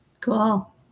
cool